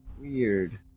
weird